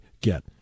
get